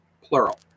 plural